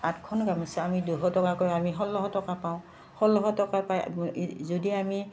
আঠখন গামোচা আমি দুশ টকাকৈ আমি ষোল্লশ টকা পাওঁ ষোল্লশ টকা পাই যদি আমি